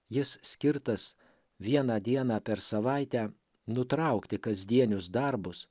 jis skirtas vieną dieną per savaitę nutraukti kasdienius darbus